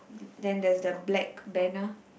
then there's the black banner